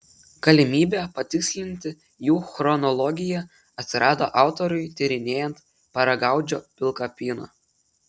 galimybė patikslinti jų chronologiją atsirado autoriui tyrinėjant paragaudžio pilkapyną